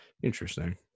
Interesting